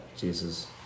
Jesus